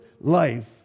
life